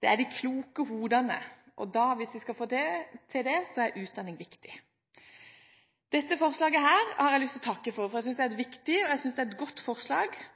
Det er de kloke hodene. Og hvis vi skal få slike, er utdanning viktig. Dette representantforslaget har jeg lyst til å takke for, for jeg synes det er et viktig og godt forslag. Det viser et